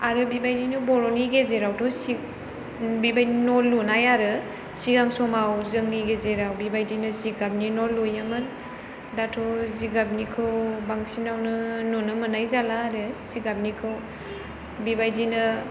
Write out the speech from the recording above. आरो बेबादिनो बर'नि गेजेरावथ' सिग बेबादिनो न' लुनाय आरो सिगां समाव जोंनि गेजेराव बेबादिनो जिगाबनि न' लुयोमोन दाथ' जिगाबनिखौ बांसिनावनो नुनो मोन्नाय जाला आरो जिगाबनिखौ बेबायदिनो